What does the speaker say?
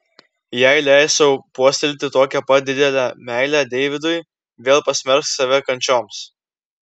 jei leis sau puoselėti tokią pat didelę meilę deividui vėl pasmerks save kančioms